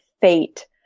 fate